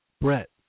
Brett